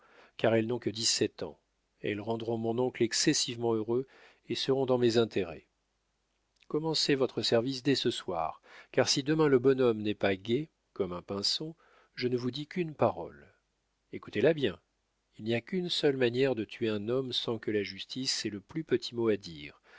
car elles n'ont que dix-sept ans elles rendront mon oncle excessivement heureux et seront dans mes intérêts commencez votre service dès ce soir car si demain le bonhomme n'est pas gai comme un pinson je ne vous dis qu'une parole écoutez-la bien il n'y a qu'une seule manière de tuer un homme sans que la justice ait le plus petit mot à dire